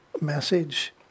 message